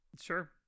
sure